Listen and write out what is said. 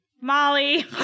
Molly